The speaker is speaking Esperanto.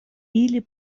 ili